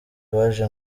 baje